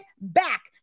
back